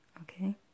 Okay